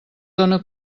dóna